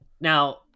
Now